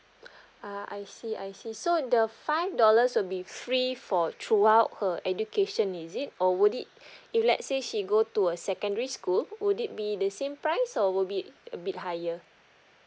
ah I see I see so the five dollars will be free for throughout her education is it or would it if let say she go to a secondary school would it be the same price or would be a bit higher